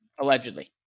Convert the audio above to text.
Allegedly